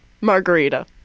Margarita